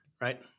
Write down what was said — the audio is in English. right